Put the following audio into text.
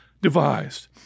devised